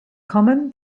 common